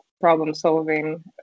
problem-solving